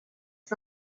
est